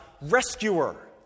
rescuer